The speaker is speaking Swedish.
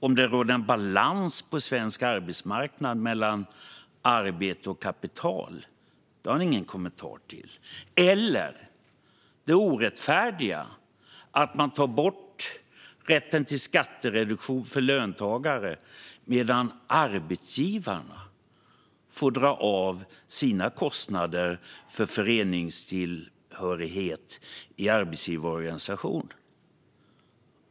Om det råder balans på svensk arbetsmarknad mellan arbete och kapital har han heller ingen kommentar till, eller det orättfärdiga i att ta bort rätten till skattereduktion för löntagare medan arbetsgivarna får dra av sina kostnader för tillhörighet till arbetsgivarorganisation.